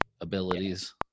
abilities